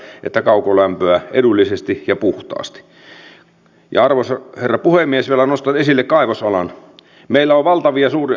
lääkekorvauksien leikkaus yksityisten terveyspalvelujen kela korvauksen puolitus ja muut vanhenevaan väestöön kohdistuvat leikkaukset voivat yhteisvaikutuksiltaan tuoda suuria ongelmia